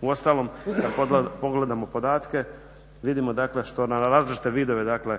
Uostalom, kad pogledamo podatke vidimo dakle što nam na različite vidove dakle